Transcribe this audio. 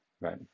right